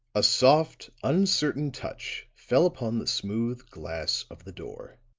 a soft, uncertain touch fell upon the smooth glass of the door